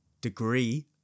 degree